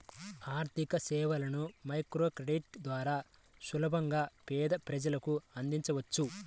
ఆర్థికసేవలను మైక్రోక్రెడిట్ ద్వారా సులభంగా పేద ప్రజలకు అందించవచ్చు